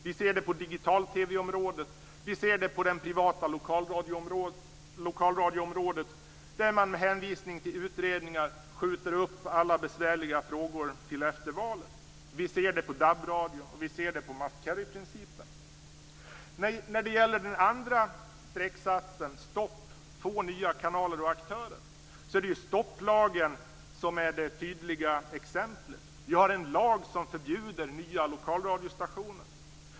Vi ser det på digital-TV-området, och vi ser det på det privata lokalradioområdet, där man med hänvisning till utredningar skjuter upp alla besvärliga frågor till efter valet. Vi ser det på DAB radion, och vi ser det på must carry-principen. När det gäller den andra satsen - Stopp. Få nya aktörer och kanaler - är det ju stopplagen som är det tydliga exemplet. Vi har en lag som förbjuder nya lokalradiostationer.